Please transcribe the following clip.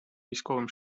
військовим